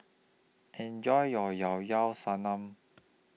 Enjoy your Llao Llao Sanum